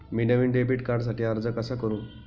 मी नवीन डेबिट कार्डसाठी अर्ज कसा करू?